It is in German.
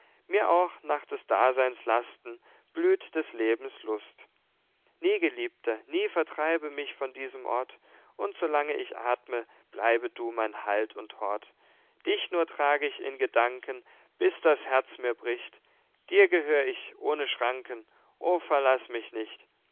mir auch nach des daseins lasten blüht des lebens lust nie geliebter nie vertreibe mich von diesem ort und solang ich athme bleibe du mein halt und hort dich nur trag ich in gedanken bis das herz mir bricht dir gehör ich ohne schranken o verlaß mich nicht